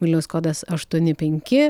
vilniaus kodas aštuoni penki